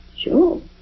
Sure